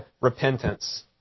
repentance